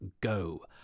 go